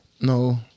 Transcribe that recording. no